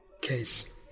case